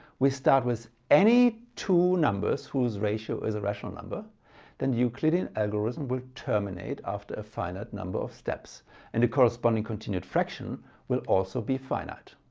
we start with any two numbers whose ratio is a rational number then the euclidean algorithm will terminate after a finite number of steps and the corresponding continued fraction will also be finite.